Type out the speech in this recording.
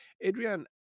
adrian